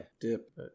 Dip